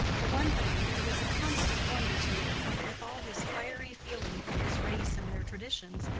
for one thing, it is a constant wonder to me that, with all his fiery feeling for his race and their traditions,